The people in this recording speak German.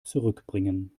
zurückbringen